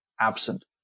absent